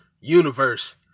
universe